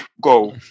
go